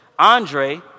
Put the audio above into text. Andre